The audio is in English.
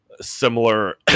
similar